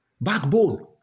Backbone